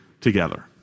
together